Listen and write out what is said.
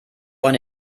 eine